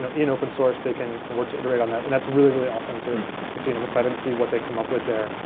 um in open source, they can work to iterate on that, and that's really really awesome to to see, and i'm excited to see what they come up with there.